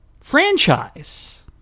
franchise